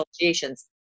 associations